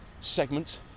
segment